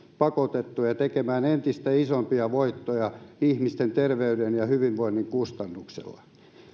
pakotettuja tekemään entistä isompia voittoja ihmisten terveyden ja hyvinvoinnin kustannuksella